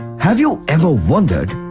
have you ever wondered,